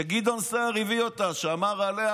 כשגדעון סער הביא אותה, שמר עליה,